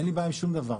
אין לי בעיה עם שום דבר,